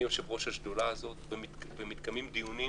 אני יושב-ראש השדולה הזו ומתקיימים דיונים